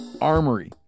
Armory